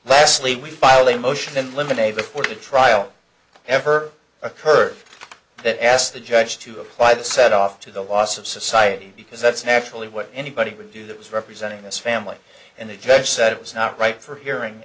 lastly we filed a motion in limine a before the trial ever occurred that asked the judge to apply the set off to the loss of society because that's naturally what anybody would do that was representing this family and the judge said it was not right for hearing